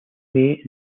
may